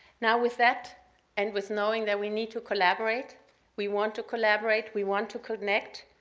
now with that and with knowing that we need to collaborate we want to collaborate, we want to connect,